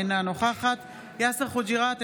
אינה נוכחת יאסר חוג'יראת,